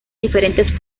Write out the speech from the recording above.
diferentes